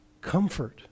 comfort